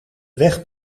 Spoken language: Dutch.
weg